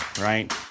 right